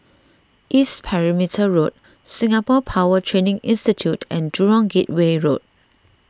East Perimeter Road Singapore Power Training Institute and Jurong Gateway Road